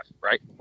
right